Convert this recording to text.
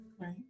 Right